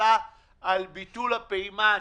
הממשלה על ביטול הפעימה השלישית.